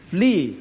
Flee